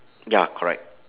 ya correct